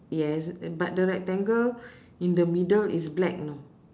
yes but the rectangle in the middle is black you know